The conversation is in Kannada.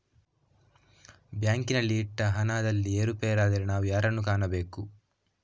ಬ್ಯಾಂಕಿನಲ್ಲಿ ಇಟ್ಟ ಹಣದಲ್ಲಿ ಏರುಪೇರಾದರೆ ನಾವು ಯಾರನ್ನು ಕಾಣಬೇಕು?